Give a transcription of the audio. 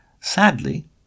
Sadly